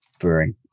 brewing